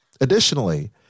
Additionally